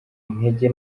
intege